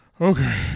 Okay